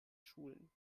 schulen